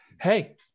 hey